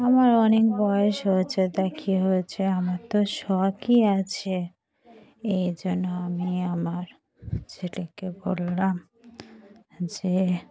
আমার অনেক বয়স হয়েছে তা কি হয়েছে আমার তো শখই আছে এই জন্য আমি আমার ছেলেকে বললাম যে